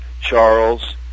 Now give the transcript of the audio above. Charles